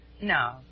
No